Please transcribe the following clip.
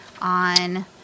on